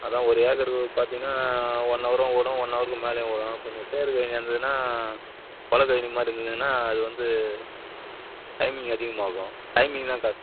அதுதான் ஒரு ஏக்கருக்கு பார்த்தீங்கன்னா ஒன் ஹவரும் ஓடும் ஒன் ஹவருக்கு மேலேயும் ஓடும் கொஞ்சம் சேறு கழனியாக இருந்துதுன்னால் பழை கழனி மாதிரி இருந்துதுன்னால் அது வந்து டைமிங் அதிகமாகும் டைமிங் தான் காசு